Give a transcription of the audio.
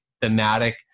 thematic